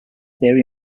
theory